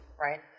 Right